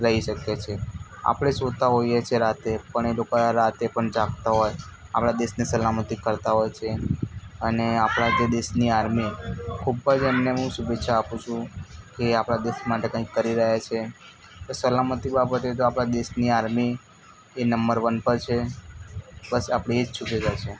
રહી શકીએ છીએ આપણે સૂતા હોઈએ છીએ રાત્રે પણ એ લોકો રાતે પણ જાગતા હોય આપણા દેશની સલામતી કરતાં હોય છે અને આપણા જે દેશની આર્મી ખૂબ જ એમને હું શુભેચ્છા આપું છું કે આપણા દેશ માટે કંઈક કરી રહ્યા છે બસ સલામતીની બાબતે આપણા દેશની આર્મી એ નંબર વન પર છે બસ આપણી એ જ શુભેચ્છા છે